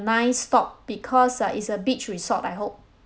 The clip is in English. nice stop because uh it's a beach resort I hope